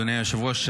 אדוני היושב-ראש,